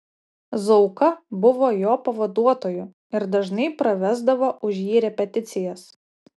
zauka buvo jo pavaduotoju ir dažnai pravesdavo už jį repeticijas